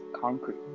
concrete